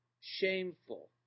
shameful